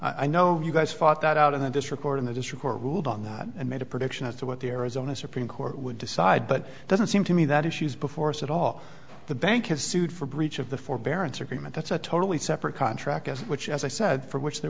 way i know you guys fought that out in this record in the district court ruled on that and made a prediction as to what the arizona supreme court would decide but it doesn't seem to me that issues before us at all the bank has sued for breach of the forbearance agreement that's a totally separate contract which as i said for which there